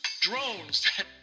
Drones